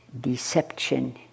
deception